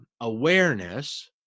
awareness